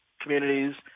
communities